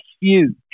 huge